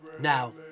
Now